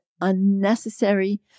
unnecessary